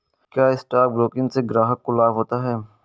क्या stock broking से ग्राहक को लाभ होता है?